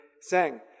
Sang